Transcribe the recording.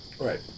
Right